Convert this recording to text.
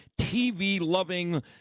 TV-loving